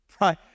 right